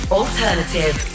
alternative